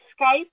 Skype